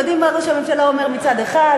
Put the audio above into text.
יודעים מה ראש הממשלה אומר מצד אחד,